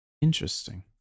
Interesting